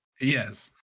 Yes